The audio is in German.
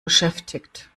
beschäftigt